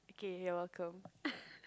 okay you're welcome